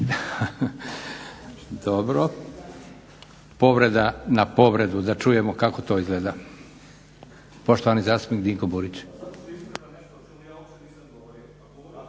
Dobro. Povreda na povredu, da čujemo kako to izgleda. Poštovani zastupnik Dinko Burić.